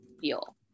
feel